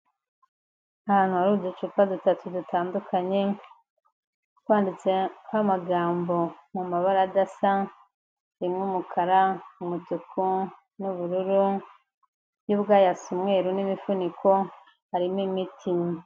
Ahantu hari uducupa dutatu dutandukanye twanditseho amagambo mu mabara adasa, rimwe umukara, umutuku n'ubururu, yo ubwayo asa umweru n'imifuniko harimo imiti.